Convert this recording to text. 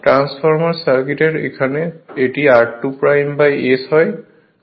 transformer সার্কিটের এখানে এটি r2S হয়